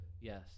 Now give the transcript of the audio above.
yes